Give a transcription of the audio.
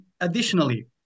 additionally